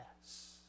Yes